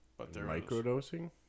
Microdosing